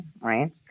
right